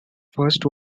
first